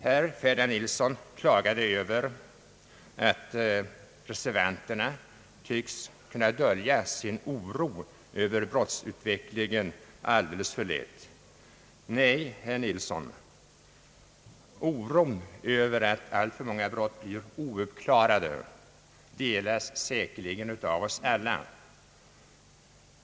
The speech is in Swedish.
Herr Ferdinand Nilsson klagade över att reservanterna tycks kunna dölja sin oro över brottsutvecklingen alldeles för lätt. Nej, herr Nilsson, oron över att alltför många brott blir ouppklarade delas av oss alla.